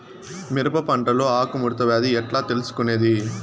మిరప పంటలో ఆకు ముడత వ్యాధి ఎట్లా తెలుసుకొనేది?